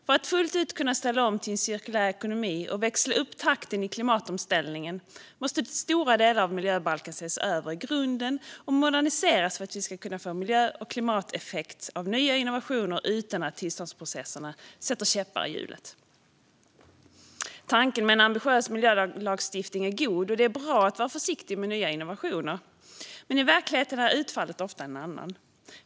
För att vi fullt ut ska kunna ställa om till en cirkulär ekonomi och växla upp takten i klimatomställningen måste stora delar av miljöbalken ses över i grunden och moderniseras, så att vi kan få miljö och klimateffekt av nya innovationer utan att tillståndsprocesserna sätter käppar i hjulet. Tanken med en ambitiös miljölagstiftning är god, och det är bra att vara försiktig med nya innovationer. Men i verkligheten är utfallet ofta ett annat.